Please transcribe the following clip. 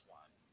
one